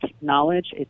knowledge